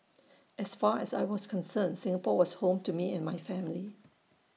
as far as I was concerned Singapore was home to me and my family